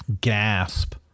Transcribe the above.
gasp